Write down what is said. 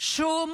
שום